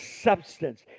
substance